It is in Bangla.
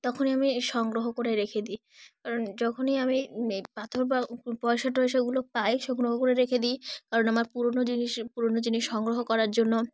তখনই আমি সংগ্রহ করে রেখে দিই কারণ যখনই আমি এই পাথর বা পয়সা টয়সাগুলো পাই সংগ্রহ করে রেখে দিই কারণ আমার পুরনো জিনিস পুরনো জিনিস সংগ্রহ করার জন্য